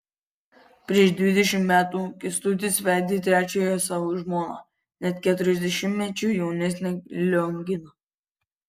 prieš dvidešimt metų kęstutis vedė trečiąją savo žmoną net keturiasdešimtmečiu jaunesnę lionginą